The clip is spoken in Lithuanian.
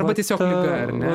arba tiesiog liga ar ne